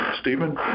Stephen